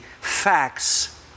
facts